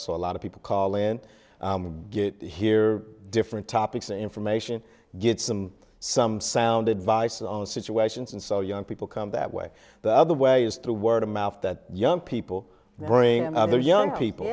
so a lot of people call in get here different topics information get some some sound advice on situations and so young people come that way the other way is through word of mouth that young people bring their young people